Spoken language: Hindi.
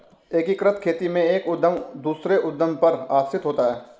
एकीकृत खेती में एक उद्धम दूसरे उद्धम पर आश्रित होता है